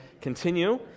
continue